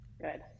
Good